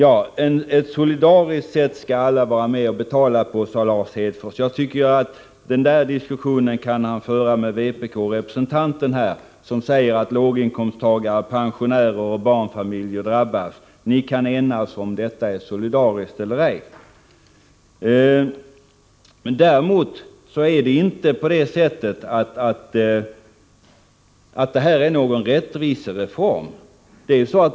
Alla skall vara med och betala på ett solidariskt sätt, sade Lars Hedfors. Jag tycker att han kan föra den diskussionen med vpk-representanten, som säger att låginkomsttagare, pensionärer och barnfamiljer drabbas. Ni båda kan enas om huruvida detta är solidariskt eller ej. Det här är inte någon rättvisereform.